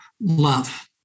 love